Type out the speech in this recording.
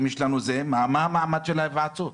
מה המעמד של ההיוועצות?